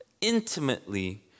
intimately